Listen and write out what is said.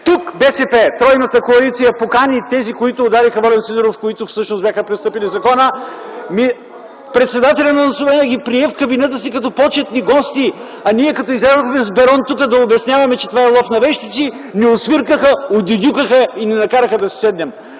тук БСП, тройната коалиция покани тези, които удариха Волен Сидеров, които всъщност бяха престъпили закона. Председателят на парламента ги прие в кабинета си като почетни гости, а ние, като излязохме тук с Берон да обясняваме, че това е „лов на вещици”, ни освиркаха, одюдюкаха и ни оставиха да си седнем.